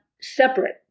separate